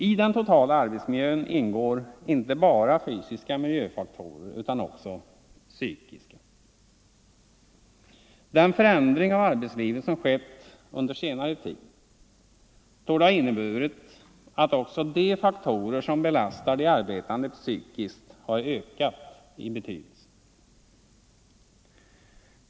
I den totala arbetsmiljön ingår inte bara fysiska miljöfaktorer utan också psykiska. Den förändring av arbetslivet som skett under senare tid torde ha inneburit att också de faktorer som belastar de arbetande psykiskt har ökat i betydelse.